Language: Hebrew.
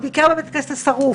הוא ביקר בבית הכנסת השרוף,